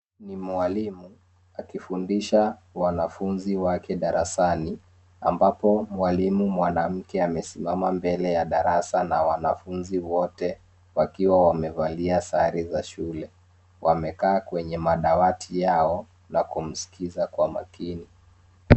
Ni mwalimu akifundisha wanafunzi wake darasani, ambapo mwalimu mwanamke amesimama mbele ya darasa na wanafunzi wote wakiwa wamevalia sare za shule. Wamekaa kwenye madawati yao na kumsikiza kwa makini.